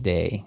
Day